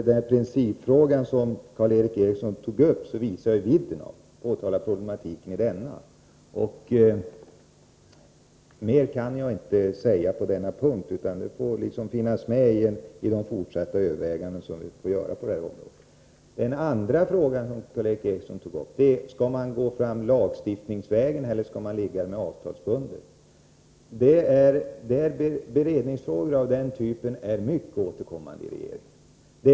Den principfråga som Karl Erik Eriksson tog upp visar problematikens vidd. Mer kan jag inte säga på denna punkt, utan den får finnas med i de fortsatta överväganden som vi kommer att göra på detta område. Den andra frågan som Karl Erik Eriksson aktualiserade gällde om vi skall gå fram lagstiftningsvägen eller avtalsvägen. Beredningsfrågor av den typen är ofta återkommande i regeringen.